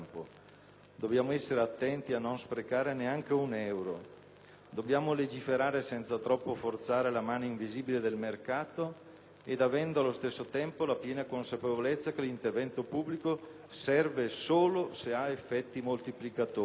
Dobbiamo essere attenti a non sprecare neanche un euro. Dobbiamo legiferare senza troppo forzare la mano invisibile del mercato ed avendo allo stesso tempo la piena consapevolezza che l'intervento pubblico serve solo se ha effetti moltiplicatori.